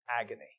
agony